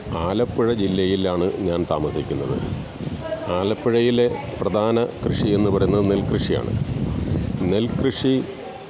ആലപ്പുഴ ജില്ലയിലാണ് ഞാൻ താമസിക്കുന്നത് ആലപ്പുഴയിലെ പ്രധാന കൃഷി എന്ന് പറയുന്നത് നെൽകൃഷിയാണ് നെൽകൃഷി